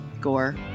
gore